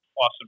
awesome